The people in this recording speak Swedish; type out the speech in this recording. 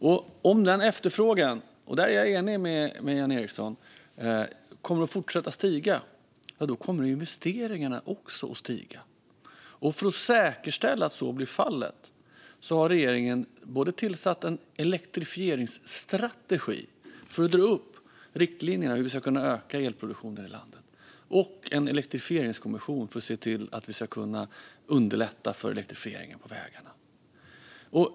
Jag är enig med Jan Ericson om att om efterfrågan fortsätter att öka kommer investeringarna också att öka. För att säkerställa att så blir fallet har regeringen både tagit fram en elektrifieringsstrategi för att dra upp riktlinjerna för hur vi ska kunna öka elproduktionen i landet och tillsatt en elektrifieringskommission som ska underlätta för elektrifieringen på vägarna.